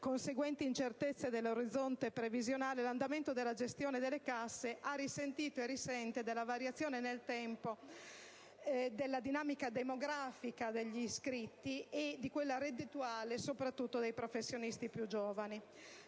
conseguente incertezza dell'orizzonte previsionale, l'andamento della gestione di queste casse ha risentito e risente della variazione nel tempo della dinamica demografica degli iscritti e di quella reddituale, soprattutto dei professionisti più giovani.